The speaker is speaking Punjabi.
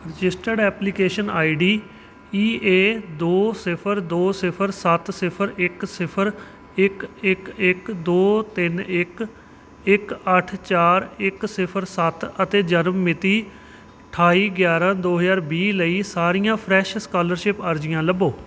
registered application I D E A ਦੋ ਸਿਫ਼ਰ ਦੋ ਸਿਫ਼ਰ ਸੱਤ ਸਿਫ਼ਰ ਇੱਕ ਸਿਫ਼ਰ ਇੱਕ ਇੱਕ ਇੱਕ ਦੋ ਤਿੰਨ ਇੱਕ ਇੱਕ ਅੱਠ ਚਾਰ ਇੱਕ ਸਿਫ਼ਰ ਸੱਤ ਅਤੇ ਜਨਮ ਮਿਤੀ ਅਠਾਈ ਗਿਆਰਾਂ ਦੋ ਹਜ਼ਾਰ ਵੀਹ ਲਈ ਸਾਰੀਆਂ ਫਰੈਸ਼ ਸਕਾਲਰਸ਼ਿਪ ਅਰਜ਼ੀਆਂ ਲੱਭੋ